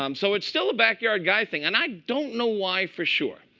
um so it's still a backyard guy thing. and i don't know why for sure.